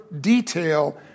detail